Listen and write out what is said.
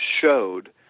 showed